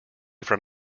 from